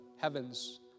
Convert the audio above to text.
heavens